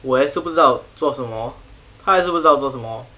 我也是不知道做什么他也是不知道做什么